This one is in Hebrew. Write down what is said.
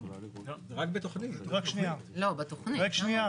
כי אם יש תכנית מתאר